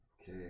Okay